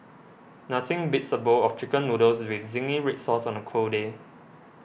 nothing beats a bowl of Chicken Noodles with Zingy Red Sauce on a cold day